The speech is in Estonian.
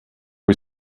kui